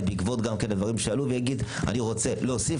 בעקבות הדברים שעלו ויגיד רוצה להוסיף,